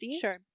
sure